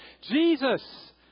Jesus